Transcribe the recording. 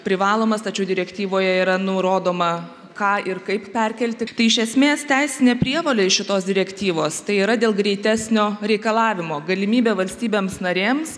privalomas tačiau direktyvoje yra nurodoma ką ir kaip perkelti tai iš esmės teisinė prievolė iš šitos direktyvos tai yra dėl greitesnio reikalavimo galimybė valstybėms narėms